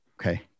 Okay